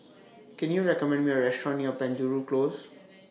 Can YOU recommend Me A Restaurant near Penjuru Close